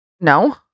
No